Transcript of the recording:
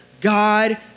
God